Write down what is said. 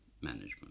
management